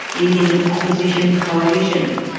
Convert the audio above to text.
leading an opposition coalition.